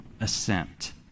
assent